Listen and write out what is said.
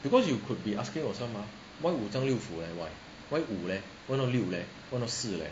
because you could be asking yourself mah why 五脏六腑 leh why why 五 leh why not 六 leh